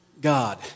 God